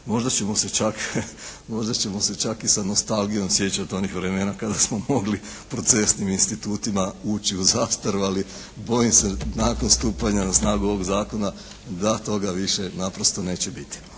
možda ćemo se čak i sa nostalgijom sjećati onih vremena kada smo mogli procesnim institutima ući u zastaru ali bojim se nakon stupanja na snagu ovog zakona da toga više naprosto neće biti.